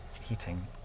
heating